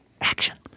action